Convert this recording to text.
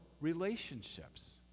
relationships